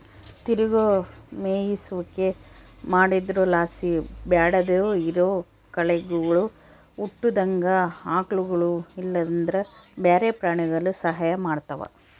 ತಿರುಗೋ ಮೇಯಿಸುವಿಕೆ ಮಾಡೊದ್ರುಲಾಸಿ ಬ್ಯಾಡದೇ ಇರೋ ಕಳೆಗುಳು ಹುಟ್ಟುದಂಗ ಆಕಳುಗುಳು ಇಲ್ಲಂದ್ರ ಬ್ಯಾರೆ ಪ್ರಾಣಿಗುಳು ಸಹಾಯ ಮಾಡ್ತವ